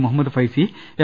മുഹ മ്മദ് Faizy M